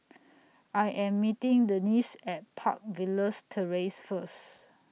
I Am meeting Dennis At Park Villas Terrace First